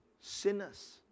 sinners